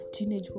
teenagehood